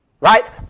Right